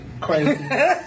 crazy